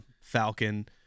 Falcon